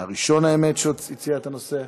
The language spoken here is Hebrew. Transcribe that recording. הראשון, האמת, שהציע את הנושא.